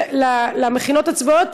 על המכינות הצבאיות,